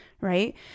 Right